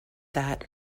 that